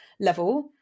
level